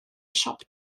siop